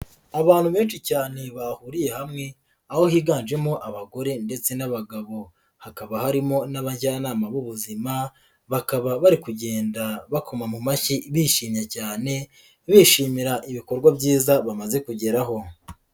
Abantu benshi cyane bahuriye hamwe aho higanjemo abagore ndetse n'abagabo, hakaba harimo n'abajyanama b'ubuzima, bakaba bari kugenda bakoma mashyi bishimye cyane bishimira ibikorwa byiza bamaze kugeraho.